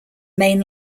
main